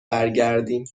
برگردیم